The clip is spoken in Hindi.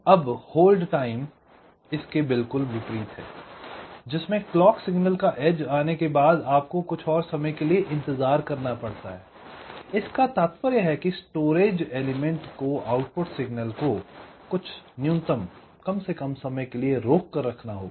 अब अब होल्ड टाइम इसके बिलकुल विपरीत है जिसमे क्लॉक सिग्नल का एज आने के बाद आपको कुछ और समय की लिए इंतज़ार करना पड़ता है I इसका तात्पर्य है की स्टोरेज एलिमेंट को आउटपुट सिग्नल को कुछ न्यूनतम समय के लिए रोक कर रखना होगा